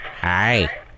Hi